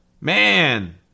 Man